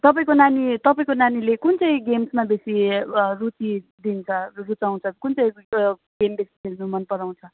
तपाईँको नानी तपाईँको नानीले कुन चाहिँ गेम्समा बेसी रुचि दिन्छ रुचाउँछ कुन चाहिँ गेम बेसी खेल्नु मन पराउँछ